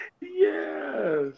Yes